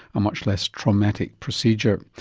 a much less traumatic procedure.